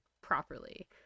properly